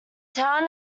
town